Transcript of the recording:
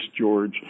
George